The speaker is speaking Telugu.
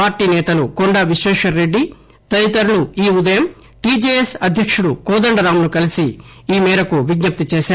పార్టీ నేతలు కొండా విశ్వేశ్వర్ రెడ్డి తదితరులు ఈ ఉదయం టీజేఎస్ అధ్యకుడు కోదండరాంను కలీసి ఈ మేరకు విజ్ఞప్తి చేశారు